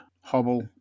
hobble